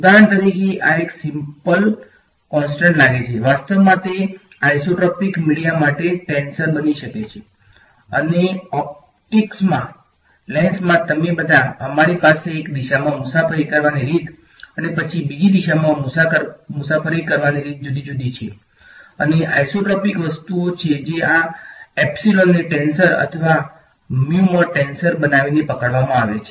ઉદાહરણ તરીકે આ એક સીમપ્લ કોંસ્ટંટ લાગે છે વાસ્તવમાં તે આઇસોટ્રોપિક ટેન્સર બનાવીને પકડવામાં આવે છે